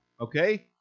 okay